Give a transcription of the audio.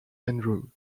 andrews